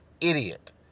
idiot